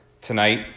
tonight